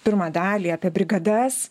pirmą dalį apie brigadas